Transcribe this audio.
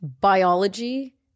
biology